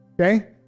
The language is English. Okay